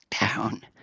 down